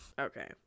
okay